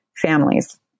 families